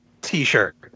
t-shirt